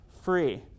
free